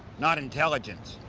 not intelligence.